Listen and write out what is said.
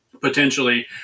potentially